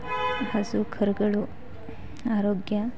ಹಸು ಕರುಗಳು ಆರೋಗ್ಯ